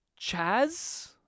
Chaz